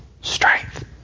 strength